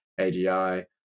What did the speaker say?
AGI